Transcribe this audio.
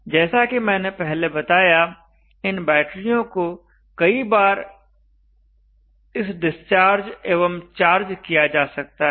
जैसा कि मैंने पहले बताया इन बैटरियों को कई बार डिस्चार्ज एवं चार्ज किया जा सकता है